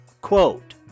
Quote